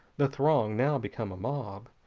the throng, now become a mob,